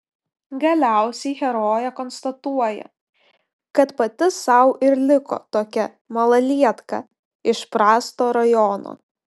galiausiai herojė konstatuoja kad pati sau ir liko tokia malalietka iš prasto rajono